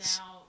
now